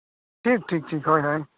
ᱴᱷᱤᱠ ᱴᱷᱤᱠ ᱴᱷᱤᱠ ᱦᱳᱭ ᱦᱳᱭ